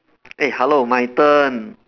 eh hello my turn